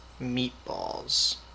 meatballs